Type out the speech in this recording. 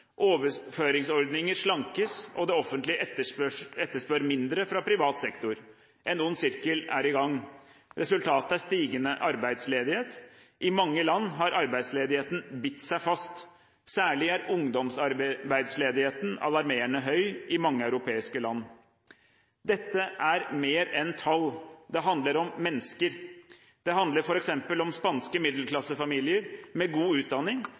overføringsordninger slankes, og det offentlige etterspør mindre fra privat sektor. En ond sirkel er i gang. Resultatet er stigende arbeidsledighet. I mange land har arbeidsledigheten bitt seg fast. Særlig er ungdomsarbeidsledigheten alarmerende høy i mange europeiske land. Dette er mer enn tall. Det handler om mennesker. Det handler f.eks. om spanske middelklassefamilier med god utdanning